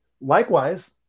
likewise